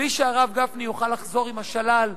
בלי שהרב גפני יוכל לחזור עם השלל.